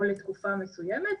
או לתקופה מסוימת,